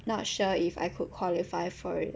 not sure if I could qualify for it